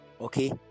Okay